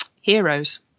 heroes